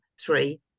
three